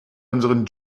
unseren